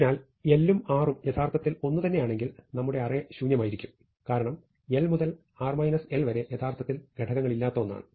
അതിനാൽ l ഉം r ഉം യഥാർത്ഥത്തിൽ ഒന്നുതന്നെയാണെങ്കിൽ നമ്മുടെ അറേ ശൂന്യമായിരിക്കും കാരണം l മുതൽ r 1 വരെ യഥാർത്ഥത്തിൽ ഘടകങ്ങളില്ലാത്ത ഒന്നാണ്